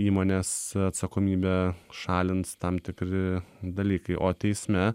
įmonės atsakomybę šalint tam tikri dalykai o teisme